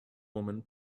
woman